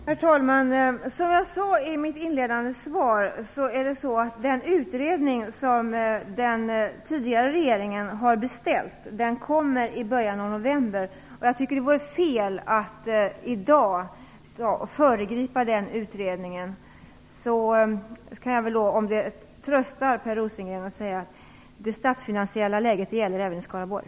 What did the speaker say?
Herr talman! Som jag sade i mitt inledande svar kommer den utredning som den tidigare regeringen har beställt i början av november. Jag tycker att det vore fel att i dag föregripa den utredningen. Om det är en tröst för Per Rosengren kan jag säga att det statsfinansiella läget gäller även i Skaraborg.